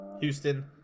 Houston